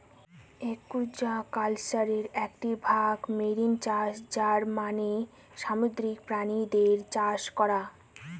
একুয়াকালচারের একটি ভাগ মেরিন চাষ যার মানে সামুদ্রিক প্রাণীদের চাষ করা